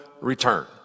return